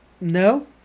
No